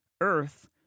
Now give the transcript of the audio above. earth